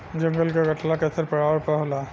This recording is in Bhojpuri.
जंगल के कटला के असर पर्यावरण पर होला